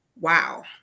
Wow